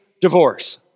divorce